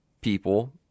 people